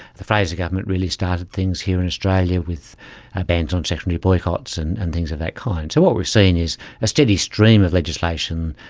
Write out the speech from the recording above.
the fraser government really started things here in australia with ah bans on a secondary boycotts and and things of that kind. so what we've seen is a steady stream of legislation,